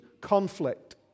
conflict